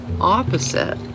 opposite